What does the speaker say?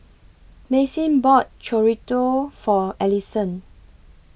Maxine bought Chorizo For Ellison